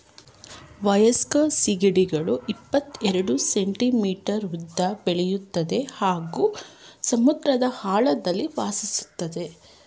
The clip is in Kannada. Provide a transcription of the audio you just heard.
ವಯಸ್ಕ ಸೀಗಡಿಗಳು ಇಪ್ಪತೆರೆಡ್ ಸೆಂಟಿಮೀಟರ್ ಉದ್ದ ಬೆಳಿತದೆ ಹಾಗೂ ಸಮುದ್ರದ ಆಳದಲ್ಲಿ ವಾಸಿಸ್ತದೆ